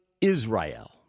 Israel